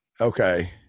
okay